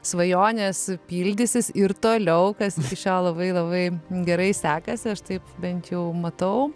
svajonės pildysis ir toliau kas iki šiol labai labai gerai sekasi aš taip bent jau matau